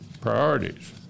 priorities